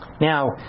Now